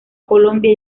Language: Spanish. colombia